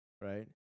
right